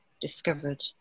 discovered